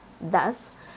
Thus